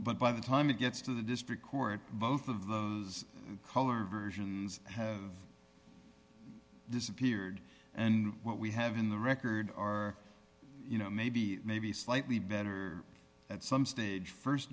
but by the time it gets to the district court both of those color versions have disappeared and what we have in the record are you know maybe maybe slightly better at some stage